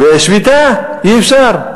ושביתה, אי-אפשר.